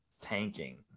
tanking